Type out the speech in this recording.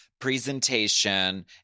presentation